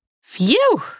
Phew